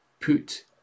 put